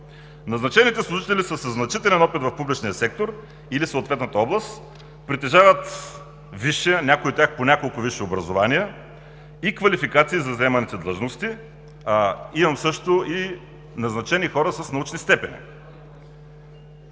Назначените служители са със значителен опит в публичния сектор или съответната област, притежават висше, а някои от тях по няколко висши образования и квалификации за заеманите длъжности, а имам също и назначени хора с научни степени.